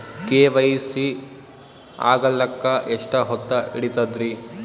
KYC ಆಗಲಕ್ಕ ಎಷ್ಟ ಹೊತ್ತ ಹಿಡತದ್ರಿ?